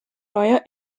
neuer